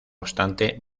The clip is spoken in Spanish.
obstante